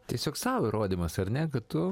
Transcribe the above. tiesiog sau įrodymas ar ne kad tu